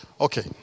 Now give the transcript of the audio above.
Okay